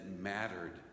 mattered